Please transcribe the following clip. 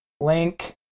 Link